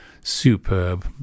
Superb